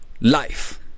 life